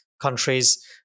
countries